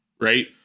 right